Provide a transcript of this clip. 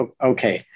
Okay